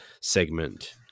segment